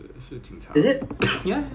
我不懂 but 他我懂他是 full time 现在